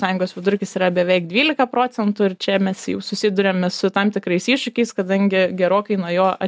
sąjungos vidurkis yra beveik dvylika procentų ir čia mes jau susiduriame su tam tikrais iššūkiais kadangi gerokai nuo jo